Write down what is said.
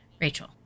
Rachel